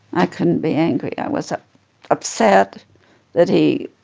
i couldn't be angry. i was ah upset that he